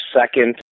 second